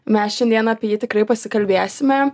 mes šiandien apie jį tikrai pasikalbėsime